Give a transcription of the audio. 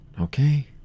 okay